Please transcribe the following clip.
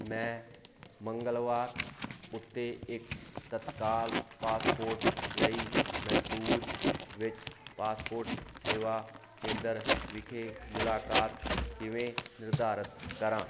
ਮੈਂ ਮੰਗਲਵਾਰ ਉੱਤੇ ਇੱਕ ਤਤਕਾਲ ਪਾਸਪੋਰਟ ਲਈ ਮੈਸੂਰ ਵਿੱਚ ਪਾਸਪੋਰਟ ਸੇਵਾ ਕੇਂਦਰ ਵਿਖੇ ਮੁਲਾਕਾਤ ਕਿਵੇਂ ਨਿਰਧਾਰਤ ਕਰਾਂ